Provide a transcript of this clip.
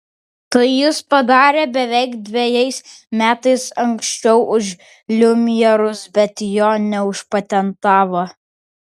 tai jis padarė beveik dvejais metais anksčiau už liumjerus bet jo neužpatentavo